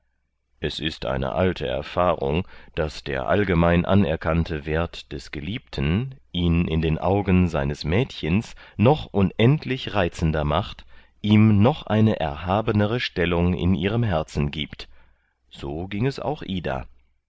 es ist eine alte erfahrung daß der allgemein anerkannte wert des geliebten ihn in den augen seines mädchens noch unendlich reizender macht ihm noch eine erhabenere stellung in ihrem herzen gibt so ging es auch ida